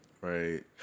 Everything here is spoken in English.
Right